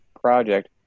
project